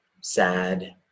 sad